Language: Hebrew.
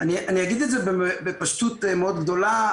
אגיד את זה בפשטות מאוד גדולה,